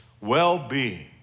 well-being